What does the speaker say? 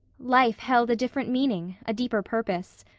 life held a different meaning, a deeper purpose.